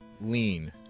lean